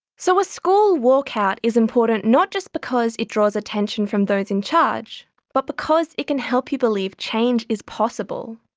so a school walkout is important not just because it draws attention from those in charge but because it can help you believe change is possible.